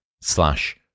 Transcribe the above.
slash